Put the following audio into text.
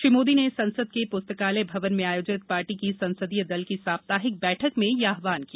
श्री मोदी ने संसद के पुस्तकालय भवन में आयोजित पार्टी की संसदीय दल की साप्ताहिक बैठक में यह आहवान किया